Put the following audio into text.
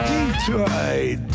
Detroit